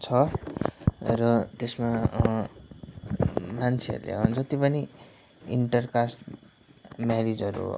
छ र त्यसमा मान्छेहरूले जति पनि इन्टरकास्ट म्यारिजहरू